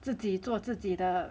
自己做自己的